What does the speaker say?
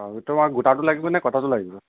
অঁ তোমাক গোটাটো লাগিবনে কটাটো লাগিব